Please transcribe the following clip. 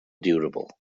durable